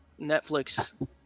Netflix